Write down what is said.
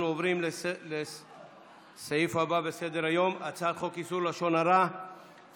אנחנו עוברים לסעיף הבא בסדר-היום: הצעת חוק איסור לשון הרע (תיקון,